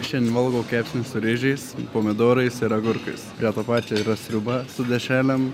šiandien valgau kepsnį su ryžiais pomidorais ir agurkais prie to pačio yra sriuba su dešrelėm